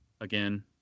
Again